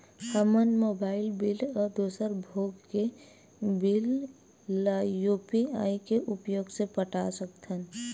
हमन mobile bill अउ दूसर भोग के बिल ला यू.पी.आई के उपयोग से पटा सकथन